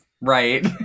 Right